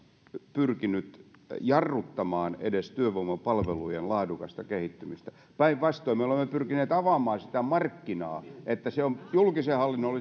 pyrkinyt jarruttamaan edes työvoimapalvelujen laadukasta kehittymistä päinvastoin me olemme pyrkineet avaamaan sitä markkinaa niin että se on julkisen hallinnon